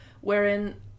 wherein